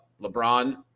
lebron